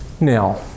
Now